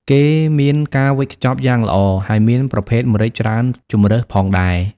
គេមានការវេចខ្ចប់យ៉ាងល្អ ហើយមានប្រភេទម្រេចច្រើនជម្រើសផងដែរ។